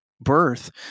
birth